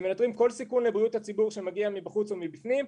מנטרים כל סיכון לבריאות הציבור שמגיע מבחוץ או מבפנים.